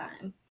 time